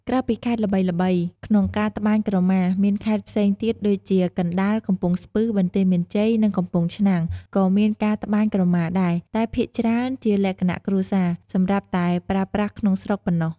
ក្រៅពីខេត្តល្បីៗក្នុងការត្បាញក្រមា មានខេត្តផ្សេងទៀតដូចជា កណ្តាល កំពង់ស្ពឺ បន្ទាយមានជ័យ និងកំពង់ឆ្នាំង ក៏មានការត្បាញក្រមាដែរ តែភាគច្រើនជាលក្ខណៈគ្រួសារ សម្រាប់តែប្រើប្រាស់ក្នុងស្រុកប៉ុណ្ណោះ។